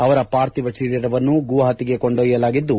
ಅವರ ಪಾರ್ಥಿವ ಶರೀರವನ್ನು ಗುವಾಹತಿಗೆ ಕೊಂಡೊಯ್ಟದ್ದು